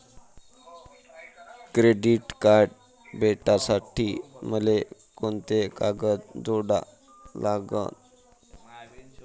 Credit card भेटासाठी मले कोंते कागद जोडा लागन?